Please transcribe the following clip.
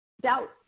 Doubt